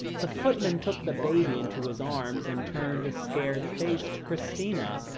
the footman took the baby into his arms, and turned a scared face to christina.